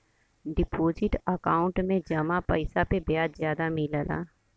deposit account में जमा पइसा पे ब्याज जादा मिलला